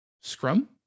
Scrum